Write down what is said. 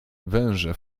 węże